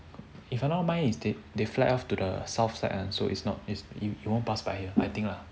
if I'm not wrong mine is they they fly off to the south side one so it's not it it won't pass by here I think lah